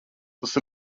tas